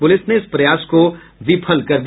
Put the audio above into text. police ने इस प्रयास को विफल कर दिया